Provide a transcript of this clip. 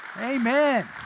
Amen